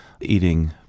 eating